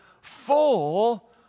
full